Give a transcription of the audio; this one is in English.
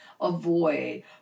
avoid